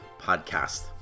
podcast